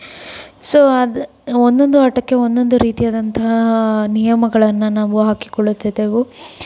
so ಅದು ಒಂದೊಂದು ಆಟಕ್ಕೆ ಒಂದೊಂದು ರೀತಿಯಾದಂತಹ ನಿಯಮಗಳನ್ನು ನಾವು ಹಾಕಿಕೊಳ್ಳುತ್ತಿದ್ದೆವು